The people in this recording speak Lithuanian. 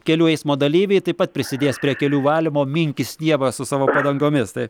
kelių eismo dalyviai taip pat prisidės prie kelių valymo minkys snievą su savo padangomis tai